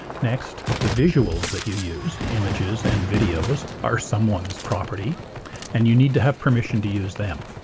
next, the visuals that you use images and videos are someone's property and you need to have permission to use them.